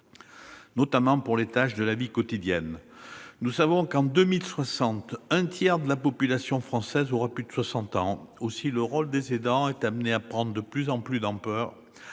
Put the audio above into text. notamment pour des tâches de la vie quotidienne. Nous savons que, en 2060, un tiers de la population française aura plus de 60 ans. Aussi, le rôle des aidants est amené à prendre de plus en plus d'ampleur,